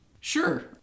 Sure